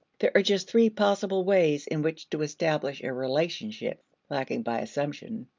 there are just three possible ways in which to establish a relationship lacking by assumption.